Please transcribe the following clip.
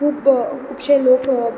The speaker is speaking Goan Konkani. खूब खुबशे लोक